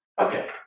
Okay